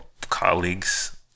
colleagues